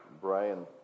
Brian